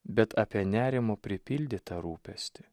bet apie nerimu pripildytą rūpestį